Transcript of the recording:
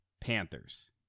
Panthers